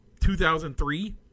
2003